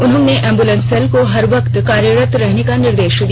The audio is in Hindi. उन्होंने एम्ब्रलेंस सेल को हर वक्त कार्यरत रहने का निर्देश दिया